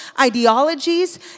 ideologies